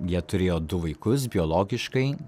jie turėjo du vaikus biologiškai